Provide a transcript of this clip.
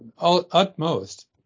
utmost